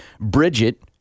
Bridget